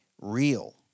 real